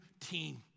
team